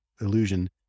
illusion